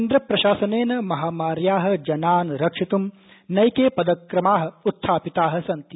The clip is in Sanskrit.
केन्द्रप्रशासनेन महामार्याः जनान ी रक्षित्ं नैके पदक्रमाः उत्थापिताः सन्ति